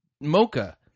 mocha